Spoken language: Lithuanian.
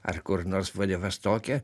ar kur nors vladivostoke